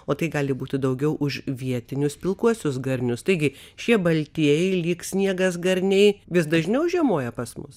o tai gali būti daugiau už vietinius pilkuosius garnius taigi šie baltieji lyg sniegas garniai vis dažniau žiemoja pas mus